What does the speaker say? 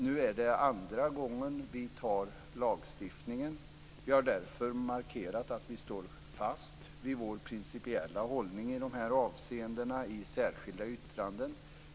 Nu är det andra gången vi beslutar om lagstiftningen, och vi har därför markerat att vi står fast vid vår principiella hållning i de här avseendena i särskilda yttranden.